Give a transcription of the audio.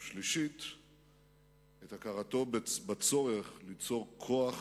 ושלישית, את הכרתו בצורך ליצור כוח